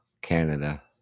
Canada